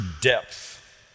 depth